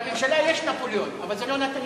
בממשלה יש נפוליאון, אבל זה לא נתניהו.